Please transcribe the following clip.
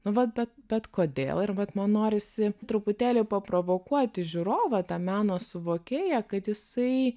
nu vat bet bet kodėl ir vat man norisi truputėlį paprovokuoti žiūrovą tą meno suvokėją kad jisai